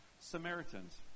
Samaritans